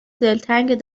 دلتنگ